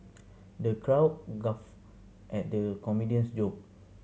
the crowd guff at the comedian's joke